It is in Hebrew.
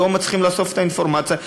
לא מצליחים לאסוף את האינפורמציה,